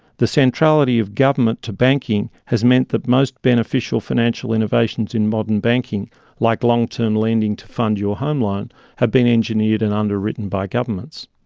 the centrality of government to banking has meant that most beneficial financial innovations in modern banking like long-term lending to fund your home loan have been engineered and underwritten by governments.